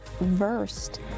versed